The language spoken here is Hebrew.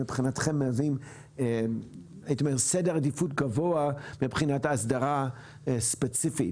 שמבחינתכם מהווים סדר עדיפות גבוה מבחינת הסדרה ספציפית?